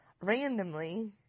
randomly